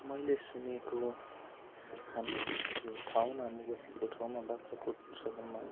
मैले सुनेको हाम्रो यो ठाउँमा म बसेको ठाउँमा बाग्राकोट सहरमा